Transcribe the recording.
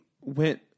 went